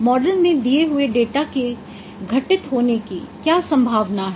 model में दिए हुए डेटा की घटित होने की क्या सम्भावना है